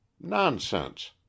nonsense